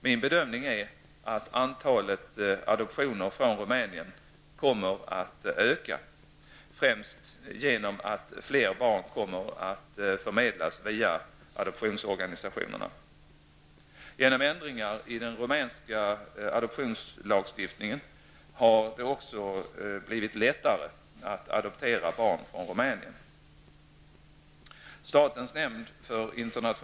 Min bedömning är att antalet adoptioner från Rumänien kommer att öka, främst genom att fler barn kommer att förmedlas via adoptionsorganisationerna. Genom ändringar i den rumänska adoptionslagstiftningen har det också blivit lättare att adoptera barn från Rumänien.